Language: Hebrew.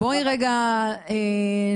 בואי רגע נחשוב,